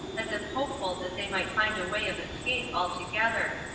as if hopeful that they might find a way of escape altogether,